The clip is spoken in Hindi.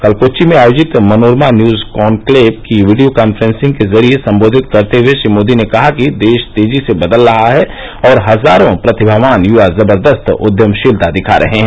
कल कोच्चि में आयोजित मनोरमा न्यूज कॉनक्लेव को वीडियो कॉन्फ्रेंस के जरिये संबोधित करते हए श्री मोदी ने कहा कि देश तेजी से बदल रहा है और हजारों प्रतिभावान युवा जबर्दस्त उद्यमशीलता दिखा रहे हैं